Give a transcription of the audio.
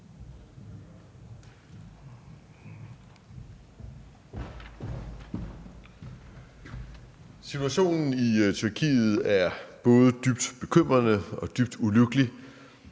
Situationen i Tyrkiet er både dybt bekymrende og dybt ulykkelig,